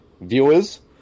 viewers